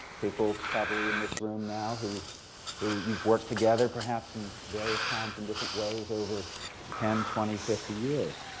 people probably in this room now, who who you've worked together, perhaps, in various times in different ways over ten, twenty, fifty years.